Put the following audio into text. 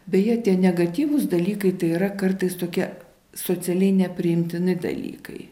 beje tie negatyvūs dalykai tai yra kartais tokia socialiai nepriimtini dalykai